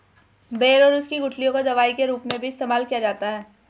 बेर और उसकी गुठलियों का दवाई के रूप में भी इस्तेमाल किया जाता है